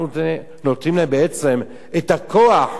אנחנו נותנים להם בעצם את הכוח,